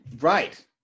Right